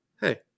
Hey